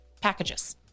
packages